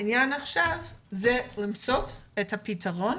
העניין עכשיו הוא למצוא את הפתרון.